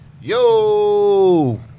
Yo